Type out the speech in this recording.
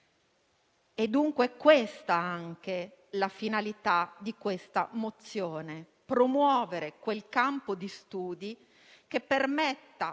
È, dunque, anche questa la finalità di questa mozione: promuovere quel campo di studi che permetta